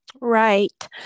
Right